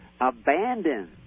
abandoned